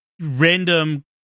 random